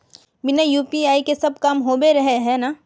बिना यु.पी.आई के सब काम होबे रहे है ना?